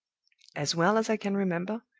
as well as i can remember,